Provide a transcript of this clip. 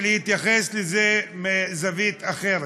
ולהתייחס לזה מזווית אחרת,